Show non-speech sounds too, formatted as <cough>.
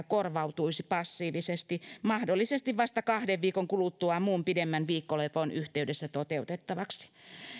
<unintelligible> korvautuisi passiivisesti mahdollisesti vasta kahden viikon kuluttua muun pidemmän viikkolevon yhteydessä toteutettavaksi